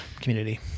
community